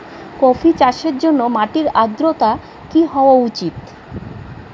Coffee চাষের জন্য মাটির আর্দ্রতা কি হওয়া উচিৎ?